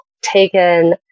taken